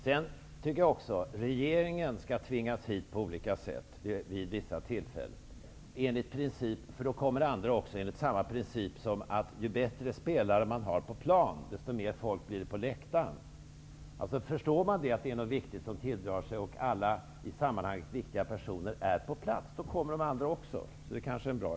Jag tycker också att regeringen skall tvingas hit vid vissa tillfällen. Då kommer nämligen andra också. Det är jämförbart med att ju bättre spelare man har på plan, desto mer folk blir det på läktaren. Om man förstår att det är något viktigt som tilldrar sig och att alla för sammanhanget viktiga personer är på plats kommer man.